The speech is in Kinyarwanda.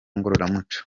ngororamuco